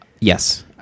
Yes